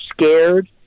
scared